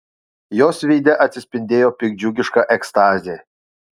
jos veide atsispindėjo piktdžiugiška ekstazė